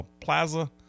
Plaza